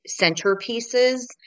centerpieces